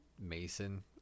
mason